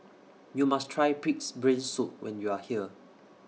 YOU must Try Pig'S Brain Soup when YOU Are here